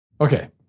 okay